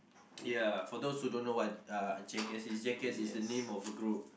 ya for those who don't know what uh Jackass is Jackass is the name of a group